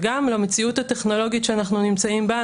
וגם למציאות הטכנולוגית שאנחנו נמצאים בה,